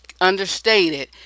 understated